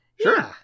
sure